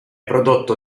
prodotto